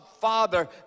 father